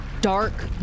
dark